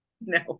No